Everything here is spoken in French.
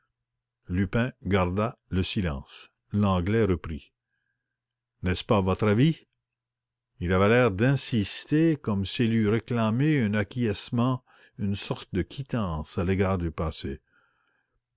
lupin garda le silence l'anglais reprit n'est-ce pas votre avis il avait l'air d'insister comme s'il eut réclamé un acquiescement une sorte de quittance à l'égard du passé